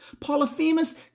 Polyphemus